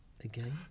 again